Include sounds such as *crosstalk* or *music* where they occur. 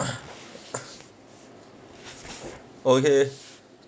*coughs* okay